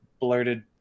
blurted